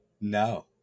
no